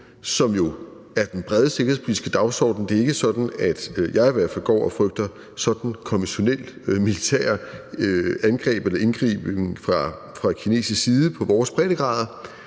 som jo er den brede sikkerhedspolitiske dagsorden. Det er ikke sådan, at jeg i hvert fald går og frygter sådan konventionelle militære angreb eller indgriben fra kinesisk side på vores breddegrader,